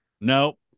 Nope